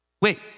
wait